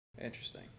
Interesting